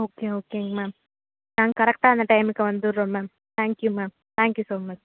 okay ஓகேங்க ma'am ஆ கரெக்டாக அந்த டைமுக்கு வந்துடுறோம் ma'am thank you ma'am thank you so much